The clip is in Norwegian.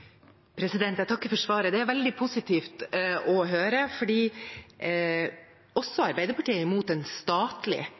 Jeg takker for svaret. Det er veldig positivt å høre, for også